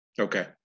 okay